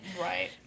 Right